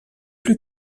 plus